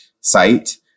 site